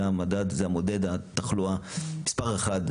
זה המודד התחלואה מספר אחד,